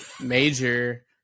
major